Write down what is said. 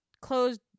closed